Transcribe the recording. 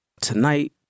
Tonight